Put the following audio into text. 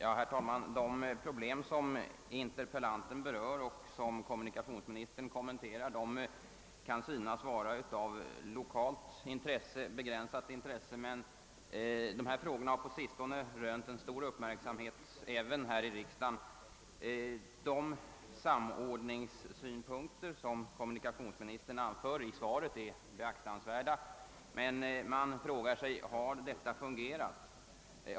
Herr talman! De problem som interpellanten berört och som kommunikationsministern kommenterat kan synas ha ett lokalt avgränsat intresse. Men dessa frågor har på sistone rönt stor uppmärksamhet även här i riksdagen. De samordningssynpunkter som kommunikationsministern anför i svaret är beaktansvärda. Men man frågar Sig: Har detta fungerat?